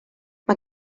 mae